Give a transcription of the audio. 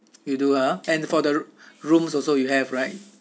you do ah and for the rooms also you have right